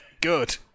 Good